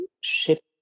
shift